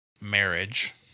marriage